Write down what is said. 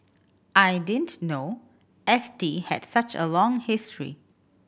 I didn't know S T had such a long history